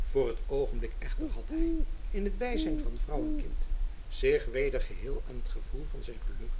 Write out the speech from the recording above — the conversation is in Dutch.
voor het oogenblik echter had hy in het byzijn van vrouw en kind zich weder geheel aan het gevoel van zijn geluk